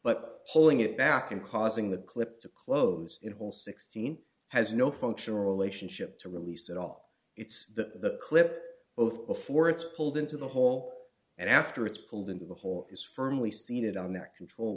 but pulling it back and causing the clip to close in a hole sixteen has no functional relationship to release at all it's that clip both before it's pulled into the hole and after it's pulled into the hole is firmly seated on that control